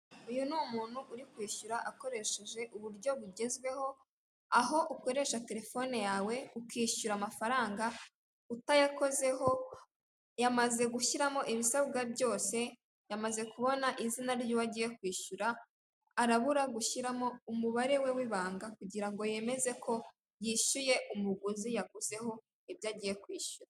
Uyu ni umuntu urikwishyura akoresheje uburyo bugezweho, aho ukoresha terefone yawe ukishyura amafaranga utayakozeho, yamaze gushyiramo ibisabwa byose, yamaze kubona izina ryu'wo agiye kwishyura, arabura gushyiramo umubare we w'ibanga kugirango yemeze ko yishyuye umuguzi yaguzeho ibyo agiye kwishyura.